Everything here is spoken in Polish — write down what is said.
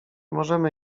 możemy